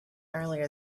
earlier